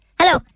hello